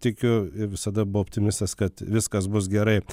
tikiu visada buvau optimistas kad viskas bus gerai